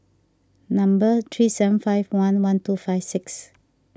number three seven five one one two five six